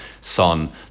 Son